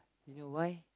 you know why